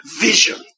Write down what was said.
vision